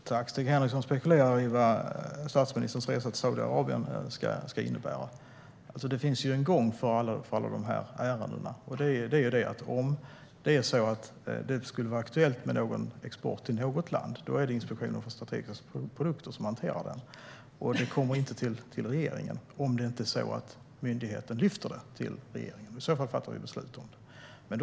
Herr talman! Stig Henriksson spekulerar i vad statsministerns resa till Saudiarabien kommer att innebära. Det finns en gång för alla dessa ärenden. Om det skulle vara aktuellt med export till något land är det Inspektionen för strategiska produkter som hanterar det, och myndigheten tillämpar det regelverk vi har i dag. Det kommer inte till regeringen om inte myndigheten tar det till regeringen.